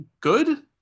good